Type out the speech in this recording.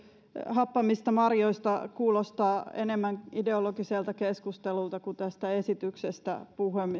happamista marjoista kuulostaa enemmän ideologiselta keskustelulta kuin tästä esityksestä